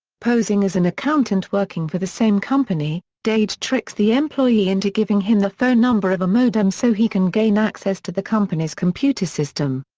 posing as an accountant working for the same company, dade tricks the employee into giving him the phone number of a modem so he can gain access to the company's computer system.